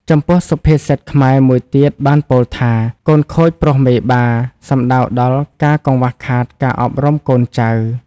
ចំពោះសុភាសិតខ្មែរមួយទៀតបានពោលថា កូនខូចព្រោះមេបា សំដៅដល់ការកង្វះខាតការអប់រំកូន ចៅ។